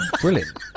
Brilliant